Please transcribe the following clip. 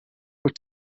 were